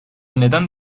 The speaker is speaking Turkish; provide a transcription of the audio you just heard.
neden